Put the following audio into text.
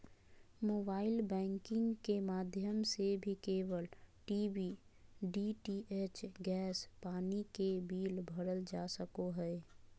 mobile banking के माध्यम से भी केबल टी.वी, डी.टी.एच, गैस, पानी के बिल भरल जा सको हय